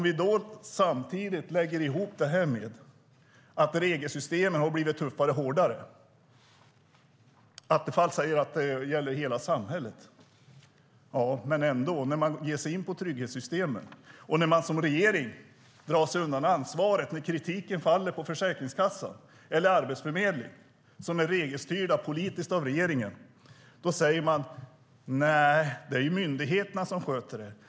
Vi kan samtidigt lägga ihop det med att regelsystemen har blivit tuffare och hårdare. Attefall säger att det gäller hela samhället. Man ger sig på trygghetssystemen, och regeringen drar sig undan ansvaret. Kritiken faller på Försäkringskassan eller Arbetsförmedlingen. De är politiskt regelstyrda av regeringen. Man säger att det är myndigheterna som sköter det.